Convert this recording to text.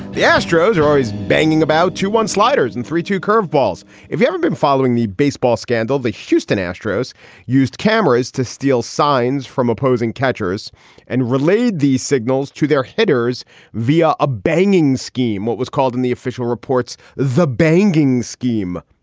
the astros are always banging about two one sliders and three to curveballs if you ever been following the baseball scandal the houston astros used cameras to steal signs from opposing catchers and relayed these signals to their hitters via a banging scheme. what was called in the official reports the banking's scheme.